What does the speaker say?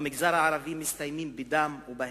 ובמגזר הערבי הן מסתיימות בדם ובהרג.